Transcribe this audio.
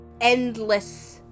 endless